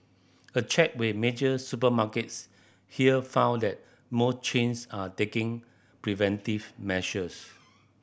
a check with major supermarkets here found that most chains are taking preventive measures